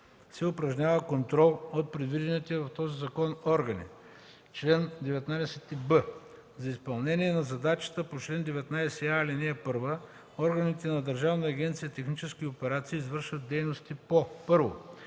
се упражнява контрол от предвидените в този закон органи. Чл. 19б. За изпълнение на задачата по чл. 19а, ал. 1 органите на Държавна агенция „Технически операции” извършват дейности по: 1.